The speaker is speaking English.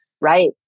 Right